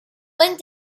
went